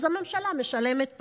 הממשלה משלמת פחות.